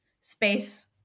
space